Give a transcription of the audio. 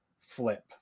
flip